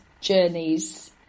journeys